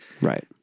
Right